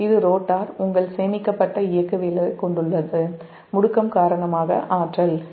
இது ரோட்டார் உங்கள் சேமிக்கப்பட்ட இயக்கவியலை முடுக்கம் காரணமாக ஆற்றல் கொண்டுள்ளது